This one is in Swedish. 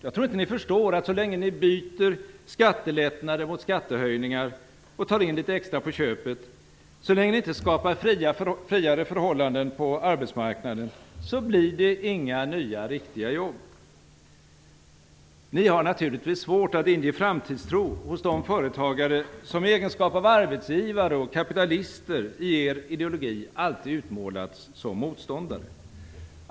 Jag tror inte att de förstår att så länge de byter skattelättnader mot skattehöjningar och tar in litet extra på köpet, och så länge de inte skapar friare förhållanden på arbetsmarknaden, så blir det inga nya riktiga jobb. Socialdemokraterna har naturligtvis svårt att inge framtidstro hos de företagare, som i egenskap av arbetsgivare och kapitalister i er ideologi alltid utmålats som motståndare.